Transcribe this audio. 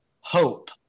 Hope